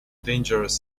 dangerous